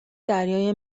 دریای